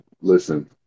Listen